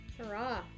Hurrah